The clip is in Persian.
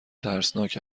ترسناک